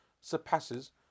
surpasses